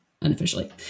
unofficially